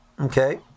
Okay